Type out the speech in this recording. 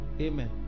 amen